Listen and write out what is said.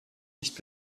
nicht